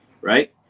right